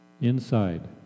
inside